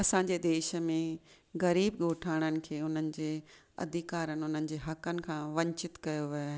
असांजे देश में ग़रीबु ॻोठाणानि खे हुननि जे अधिकारनि हुननि जे हक़नि खां वंचित कयो वियो आहे